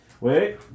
wait